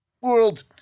world